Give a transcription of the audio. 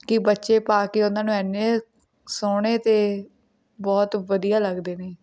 ਕਿ ਬੱਚੇ ਪਾ ਕੇ ਉਹਨਾਂ ਨੂੰ ਇੰਨੇ ਸੋਹਣੇ ਅਤੇ ਬਹੁਤ ਵਧੀਆ ਲੱਗਦੇ ਨੇ